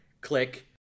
Click